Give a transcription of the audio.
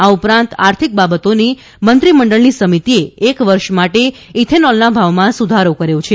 આ ઉપરાંત આર્થિક બાબતોની મંત્રીમંડળની સમિતિએ એક વર્ષ માટે ઇથેનોલના ભાવમાં સુધારો કર્યો છે